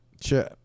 sure